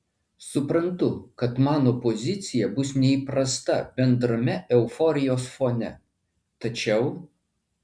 suprantu kad mano pozicija bus neįprasta bendrame euforijos fone tačiau